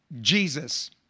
Jesus